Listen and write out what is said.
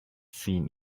seen